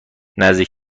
نزدیک